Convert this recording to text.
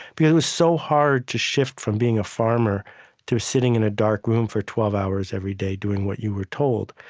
because it was so hard to shift from being a farmer to sitting in a dark room for twelve hours every day doing what you were told.